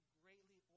greatly